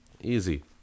Easy